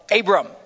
Abram